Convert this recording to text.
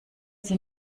sie